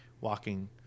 walking